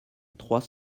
trois